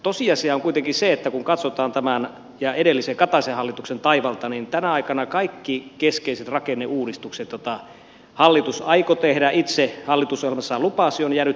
tosiasia on kuitenkin se että kun katsotaan tämän ja edellisen kataisen hallituksen taivalta niin tänä aikana kaikki keskeiset rakenneuudistukset joita hallitus aikoi tehdä itse hallitusohjelmassaan lupasi ovat jääneet tekemättä